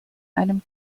einem